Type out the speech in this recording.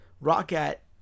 Rocket